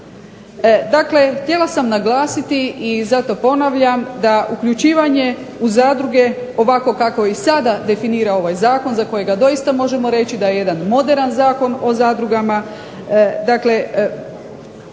Dakle, htjela sam naglasiti i zato ponavljam da uključivanje u zadruge ovako kako i sada definira ovaj zakon za kojega doista možemo reći da je jedan moderan Zakon o zadrugama. Dakle,